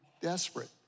desperate